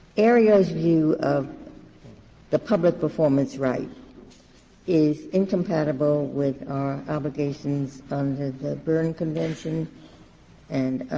aereo's view of the public performance right is incompatible with our obligations under the berne convention and